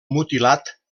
mutilat